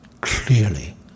clearly